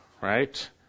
right